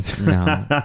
No